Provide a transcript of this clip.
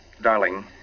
Darling